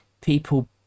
people